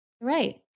Right